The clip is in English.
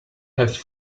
have